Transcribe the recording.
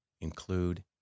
include